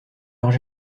leurs